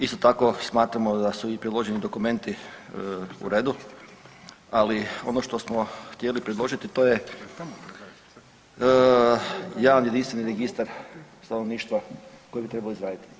Isto tako smatramo da su i priloženi dokumenti u redu, ali ono što smo htjeli predložiti to je javni jedinstveni registar stanovništva koji bi trebali izraditi.